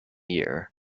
year